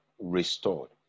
restored